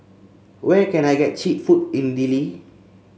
where can I get cheap food in Dili